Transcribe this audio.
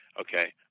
Okay